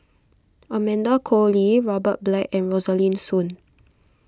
Amanda Koe Lee Robert Black and Rosaline Soon